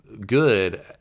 good